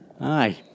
Aye